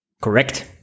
Correct